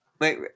Wait